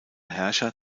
herrscher